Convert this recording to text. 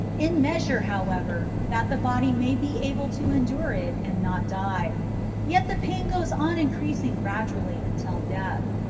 in measure, however, that the body may be able to endure it and not die yet the pain goes on increasing gradually until death.